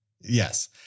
yes